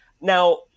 Now